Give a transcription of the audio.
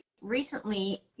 recently